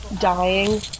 dying